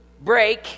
break